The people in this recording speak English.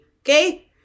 Okay